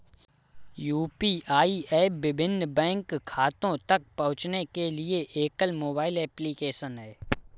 UPI app विभिन्न bank खातों तक पहुँचने के लिए एकल मोबाइल एप्लिकेशन है